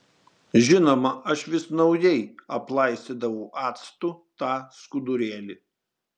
žinoma aš vis naujai aplaistydavau actu tą skudurėlį